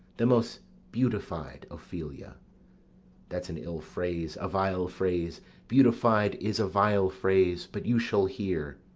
the most beautified ophelia that's an ill phrase, a vile phrase beautified is a vile phrase but you shall hear.